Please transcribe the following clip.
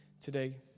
today